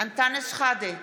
אנטאנס שחאדה,